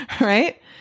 Right